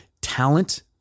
Talent